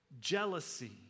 jealousy